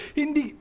hindi